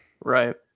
Right